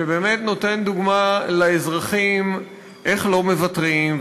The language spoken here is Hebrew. שבאמת נותן דוגמה לאזרחים איך לא מוותרים,